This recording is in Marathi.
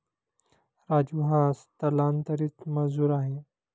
राजू हा स्थलांतरित मजूर आहे